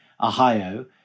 Ohio